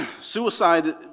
Suicide